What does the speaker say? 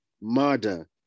murder